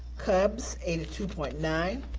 cubs eighty two point nine,